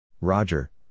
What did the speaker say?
Roger